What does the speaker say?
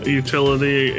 utility